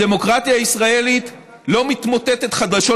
הדמוקרטיה הישראלית לא מתמוטטת חדשות